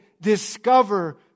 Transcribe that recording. discover